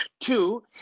Two